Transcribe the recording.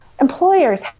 Employers